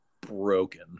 Broken